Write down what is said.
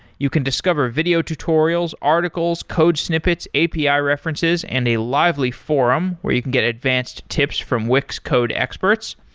you can discover video tutorials, articles, code snippets, api ah references and a lively forum where you can get advanced tips from wix code experts.